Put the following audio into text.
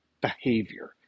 behavior